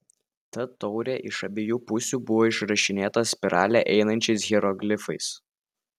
ta taurė iš abiejų pusių buvo išrašinėta spirale einančiais hieroglifais